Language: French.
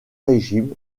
régime